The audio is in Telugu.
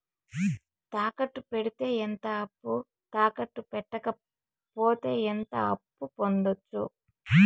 తాకట్టు పెడితే ఎంత అప్పు, తాకట్టు పెట్టకపోతే ఎంత అప్పు పొందొచ్చు?